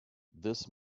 this